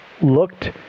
looked